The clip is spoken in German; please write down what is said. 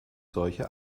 solche